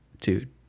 dude